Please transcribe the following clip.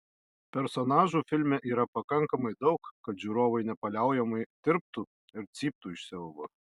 personažų filme yra pakankamai daug kad žiūrovai nepaliaujamai tirptų ir cyptų iš siaubo